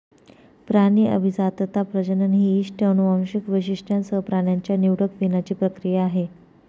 प्राणी अभिजातता, प्रजनन ही इष्ट अनुवांशिक वैशिष्ट्यांसह प्राण्यांच्या निवडक वीणाची प्रक्रिया आहे